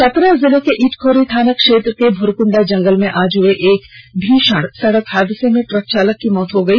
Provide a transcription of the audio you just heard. चतरा जिले के इटखोरी थाना क्षेत्र के भुरकंडा जंगल में आज हए एक भीषण सडक हादसे में ट्रक चालक की मौत हो गई